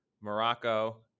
Morocco